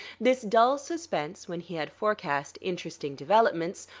this dull suspense when he had forecast interesting developments,